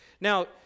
Now